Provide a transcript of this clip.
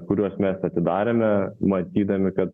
kuriuos mes atidarėme matydami kad